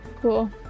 cool